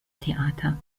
theater